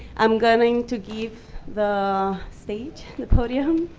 i'm going to give the stage, the podium,